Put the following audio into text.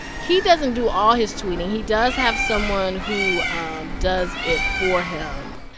he doesn't do all his tweeting. he does have someone who um does it for him.